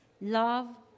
love